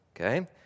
okay